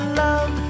love